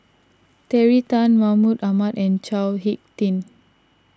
Terry Tan Mahmud Ahmad and Chao Hick Tin